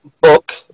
book